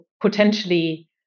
potentially